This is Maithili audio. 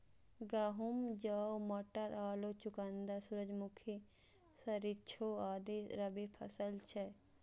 गहूम, जौ, मटर, आलू, चुकंदर, सूरजमुखी, सरिसों आदि रबी फसिल छियै